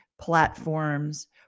platforms